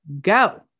go